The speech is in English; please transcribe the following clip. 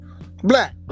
black